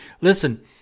listen